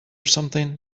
something